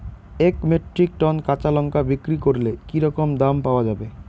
এক metric ton কাঁচা লঙ্কা বিক্রি করলে কি রকম দাম পাওয়া যাবে?